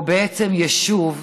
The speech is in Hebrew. או בעצם יישוב,